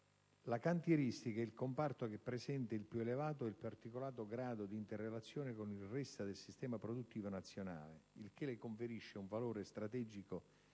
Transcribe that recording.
la cantieristica è il comparto che presenta il più elevato e il più articolato grado d'interrelazione con il resto del sistema produttivo nazionale, il che le conferisce un valore strategico di